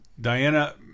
Diana